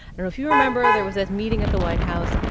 and if you remember, there was this meeting at the white house.